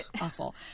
awful